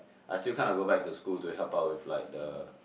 I still kinda go back to school to help out with like the